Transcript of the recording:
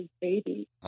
baby